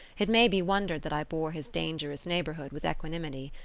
it may be wondered that i bore his dangerous neighbourhood with equanimity.